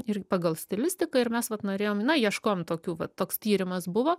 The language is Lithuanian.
ir pagal stilistiką ir mes vat norėjom na ieškojom tokių va toks tyrimas buvo